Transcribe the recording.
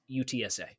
UTSA